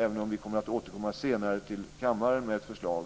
Även om vi kommer att återkomma senare till kammaren med ett förslag